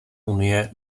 unie